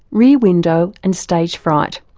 rear window, and stagefright.